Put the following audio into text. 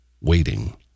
waiting